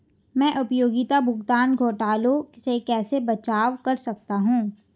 मैं उपयोगिता भुगतान घोटालों से कैसे बचाव कर सकता हूँ?